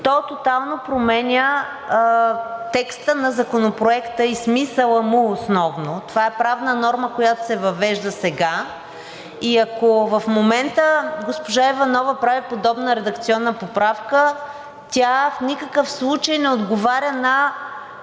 То тотално променя текста на Законопроекта и смисъла му основно. Това е правна норма, която се въвежда сега, и ако в момента госпожа Иванова прави редакционна поправка, тя в никакъв случай не отговаря